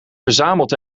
verzamelt